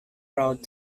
proud